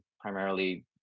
primarily